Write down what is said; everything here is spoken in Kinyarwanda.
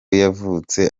yavutse